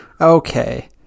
Okay